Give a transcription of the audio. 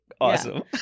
Awesome